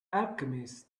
alchemist